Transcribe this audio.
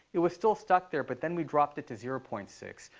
it was still stuck there. but then we dropped it to zero point six.